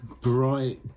bright